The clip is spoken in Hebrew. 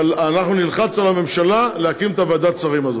אבל אנחנו נלחץ על הממשלה להקים את ועדת השרים הזאת.